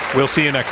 we'll see you